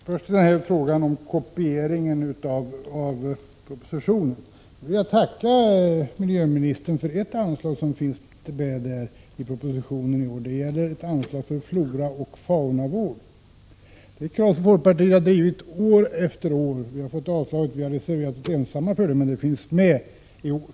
Herr talman! Först till frågan om kopieringen av propositionen. Jag tackar miljöministern för det anslag för floraoch faunavård som föreslås i propositionen i år. Det gäller ett krav som folkpartiet drivit år efter år, fått avslag på och reserverat sig ensam för. Men det finns med i år.